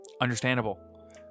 Understandable